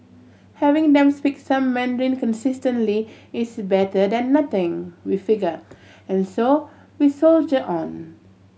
having them speak some Mandarin consistently is better than nothing we figure and so we soldier on